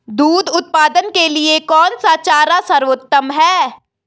दूध उत्पादन के लिए कौन सा चारा सर्वोत्तम है?